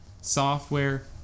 software